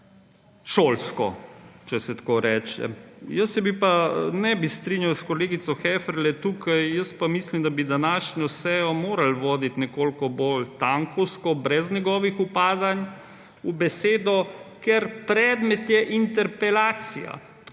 šolsko, če se tako reče. Se pa ne bi strinjal s kolegico Heferle tukaj, jaz pa mislim, da bi današnjo sejo morali voditi nekoliko bolj »tankovsko«, brez njegovih vpadanj v besedo, ker predmet je interpelacija.